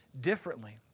differently